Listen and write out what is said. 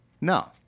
No